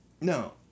No